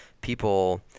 people